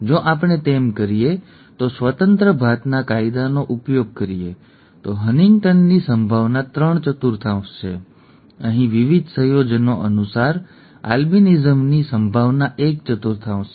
જો આપણે તેમ કરીએ તો સ્વતંત્ર ભાતના કાયદાનો ઉપયોગ કરીએ તો હન્ટિંગ્ટનની સંભાવના ત્રણ ચતુર્થાંશ છે અહીં વિવિધ સંયોજનો અનુસાર આલ્બિનિઝમની સંભાવના એક ચતુર્થાંશ છે